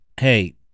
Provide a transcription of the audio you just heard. hey